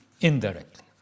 indirectly